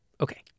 Okay